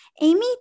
Amy